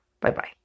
Bye-bye